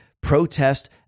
protest